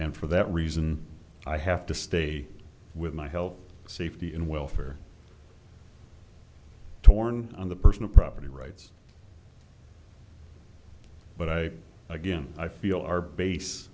and for that reason i have to stay with my health safety and welfare torn on the personal property rights but i again i feel our base